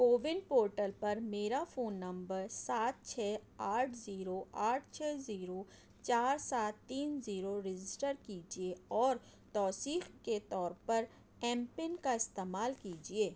CoWIN portal پر میرا فون نمبر سات چھ آٹھ زیرو آٹھ چھ زیرو چار سات تین زیرو رجسٹر کیجیے اور توثیق کے طور پر ایم پن کا استعمال کیجیے